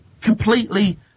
completely